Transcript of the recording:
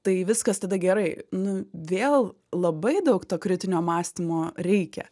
tai viskas tada gerai nu vėl labai daug to kritinio mąstymo reikia